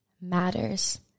matters